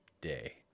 day